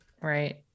right